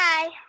Bye